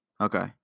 Okay